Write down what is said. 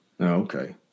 Okay